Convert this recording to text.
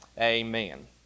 Amen